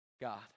God